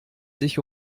sich